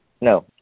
no